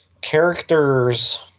Characters